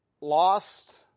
lost